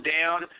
down